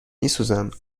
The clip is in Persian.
میسوزم